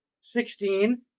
sixteen